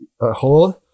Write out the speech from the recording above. hold